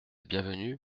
bienvenue